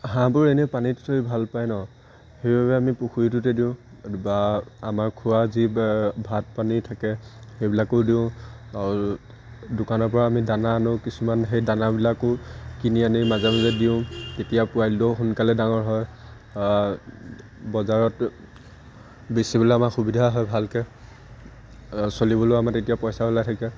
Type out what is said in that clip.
হাঁহবোৰ এনেই পানীত থৈ ভাল পায় ন সেইবাবে আমি পুখুৰীটোতে দিওঁ বা আমাৰ খোৱা যি ভাত পানী থাকে সেইবিলাকো দিওঁ দোকানৰপৰা আমি দানা আনো কিছুমান সেই দানাবিলাকো কিনি আনি মাজে মাজে দিওঁ তেতিয়া পোৱালিটোও সোনকালে ডাঙৰ হয় বজাৰত বেচিবলৈ আমাৰ সুবিধা হয় ভালকৈ চলিবলৈও আমাৰ তেতিয়া পইচা ওলাই থাকে